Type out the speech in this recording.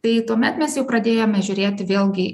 tai tuomet mes jau pradėjome žiūrėti vėlgi